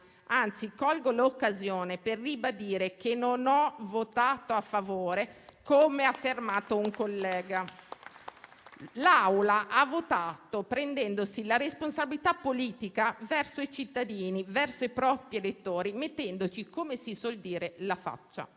Anzi, colgo l'occasione per ribadire che non ho votato a favore, come ha affermato un collega. L'Assemblea ha votato prendendosi la responsabilità politica verso i cittadini e verso i propri elettori mettendoci, come si suol dire, la faccia.